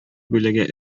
бүлеге